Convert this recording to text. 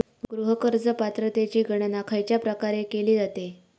गृह कर्ज पात्रतेची गणना खयच्या प्रकारे केली जाते?